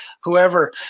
whoever